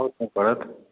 आउटमे पड़त